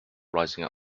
rising